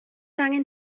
angen